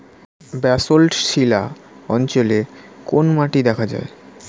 Basalt শিলা অঞ্চলে কোন মাটি দেখা যায়?